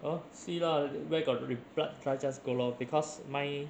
oh see lah where got re~ blood drive just go lor because mine